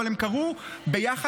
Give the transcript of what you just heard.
אבל הם קרו ביחד,